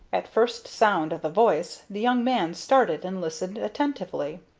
at first sound of the voice the young man started and listened attentively.